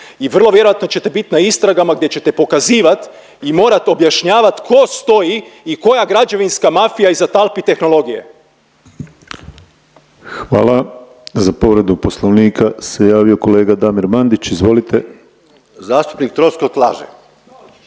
i vrlo vjerojatno ćete bit na istragama gdje ćete pokazivat i morat objašnjavat ko stoji i koja građevinska mafija iza talpi tehnologije. **Penava, Ivan (DP)** Hvala. Za povredu poslovnika se javio kolega Damir Mandić. Izvolite. **Mandić, Damir